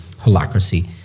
holacracy